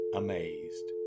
amazed